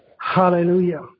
Hallelujah